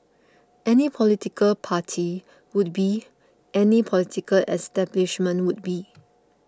any political party would be any political establishment would be